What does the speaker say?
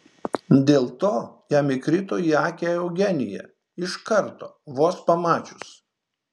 dėl to jam įkrito į akį eugenija iš karto vos pamačius